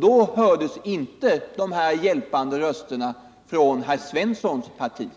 Då hördes inte dessa röster om hjälp från herr Svenssons parti.